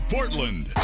Portland